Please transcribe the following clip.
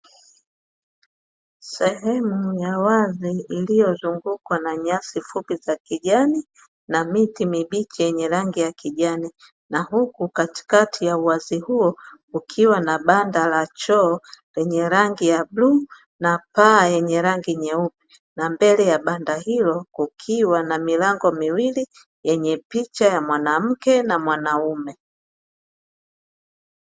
Sehemu ya wazi iliyozungukwa na nyasi fupi za kijani na miti mibichi yenye rangi ya kijani na Huku katikati ya uwazi huo kukiwa na Banda la choo lenye rangi ya bluu na paa yenye rangi nyeupe na mbele ya Banda hilo kukiwa na milango miwili yenye picha ya Mwanamke na mwanaume.